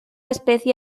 especie